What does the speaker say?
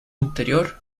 interior